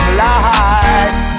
light